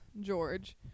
George